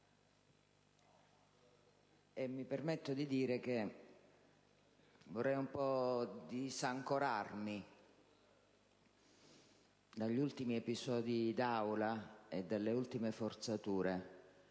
e mi permetto di dire che vorrei un po' disancorarmi dagli ultimi episodi d'Aula e dalle ultime forzature.